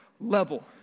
level